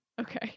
Okay